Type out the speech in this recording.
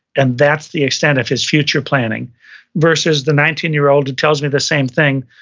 and that's the extent of his future planning versus the nineteen year old, that tells me the same thing,